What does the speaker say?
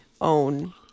own